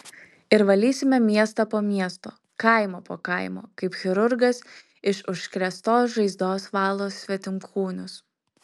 ir valysime miestą po miesto kaimą po kaimo kaip chirurgas iš užkrėstos žaizdos valo svetimkūnius